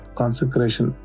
consecration